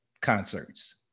concerts